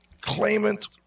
claimant